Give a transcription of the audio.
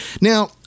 now